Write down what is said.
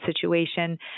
situation